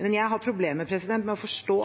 Men jeg har problemer med å forstå